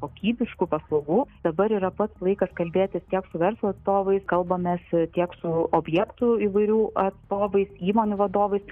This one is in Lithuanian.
kokybiškų paslaugų dabar yra pats laikas kalbėtis tiek su verslo atstovais kalbamės su tiek su objektų įvairių atstovais įmonių vadovais